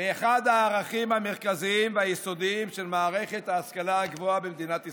באחד הערכים המרכזיים היסודיים של מערכת ההשכלה הגבוהה במדינת ישראל.